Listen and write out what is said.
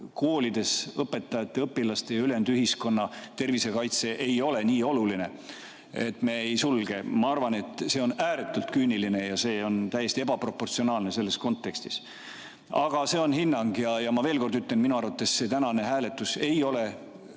koolides õpetajate-õpilaste ja ülejäänud ühiskonna tervise kaitse, mis ei ole nii oluline, et me [neid] sulgeks. Ma arvan, et see on ääretult küüniline ja see on täiesti ebaproportsionaalne selles kontekstis. Aga see on hinnang ja ma veel kord ütlen, et minu arvates see tänane hääletus ei ole kodu‑